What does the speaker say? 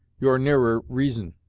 you're nearer reason,